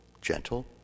gentle